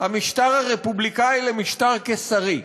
המשטר הרפובליקני למשטר קיסרי,